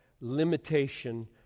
limitation